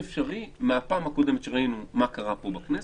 בפעם הקודמת שראינו מה קרה פה בכנסת,